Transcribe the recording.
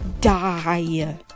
die